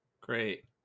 great